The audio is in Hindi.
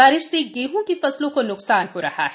बारिश से गेहूं की फसलों को नुकसान हो रहा है